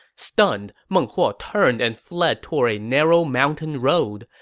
stunned, meng huo turned and fled toward a narrow mountain road.